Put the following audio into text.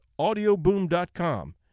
audioboom.com